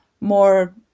more